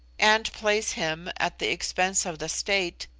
and place him, at the expense of the state,